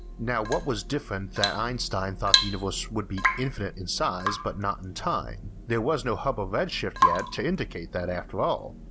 now what was different that einstein thought the universe would be infinite in size but not in time? there was no hubble red shift yet to indicate that after all.